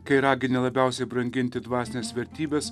kai ragini labiausiai branginti dvasines vertybes